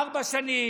על ארבע שנים,